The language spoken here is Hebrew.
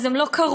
אז הם לא קרו.